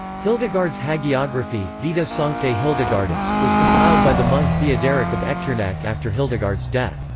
hildegard's hagiography, vita sanctae hildegardis, was compiled by the monk theoderic of echternach after hildegard's death.